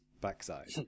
backside